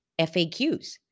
FAQs